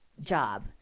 job